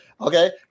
okay